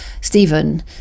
Stephen